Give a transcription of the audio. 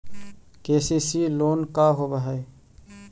KCC loan का होब हइ?